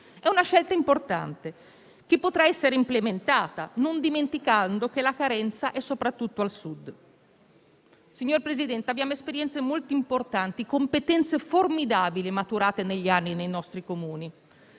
È una scelta importante che potrà essere implementata, non dimenticando che la carenza è soprattutto al Sud. Signor Presidente del Consiglio, abbiamo esperienze molto importanti, competenze formidabili maturate negli anni nei nostri Comuni.